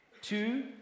Two